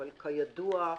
אבל כידוע,